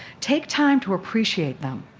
take time to appreciate them.